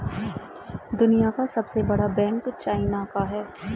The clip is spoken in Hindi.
दुनिया का सबसे बड़ा बैंक चाइना का है